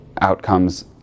outcomes